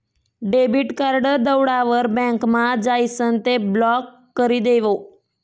debit card दवडावर बँकमा जाइसन ते ब्लॉक करी देवो